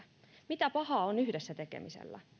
mitä pahaa on yhdessä tekemisessä